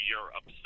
Europe